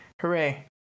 Hooray